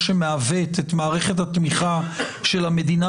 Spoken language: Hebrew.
מה מעוות את מערכת התמיכה של המדינה,